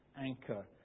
anchor